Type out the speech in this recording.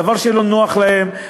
דבר שלא נוח להם,